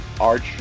Arch